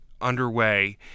underway